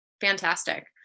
Fantastic